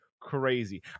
crazy